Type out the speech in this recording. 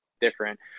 different